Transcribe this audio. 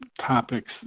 topics